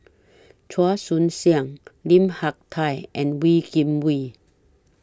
Chua Joon Siang Lim Hak Tai and Wee Kim Wee